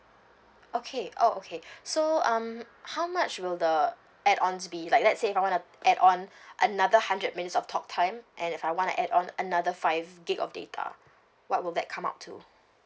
okay oh okay so um how much will the add ons be like let's say if I want to add on another hundred minutes of talk time and if I want to add on another five gig of data what will that come up to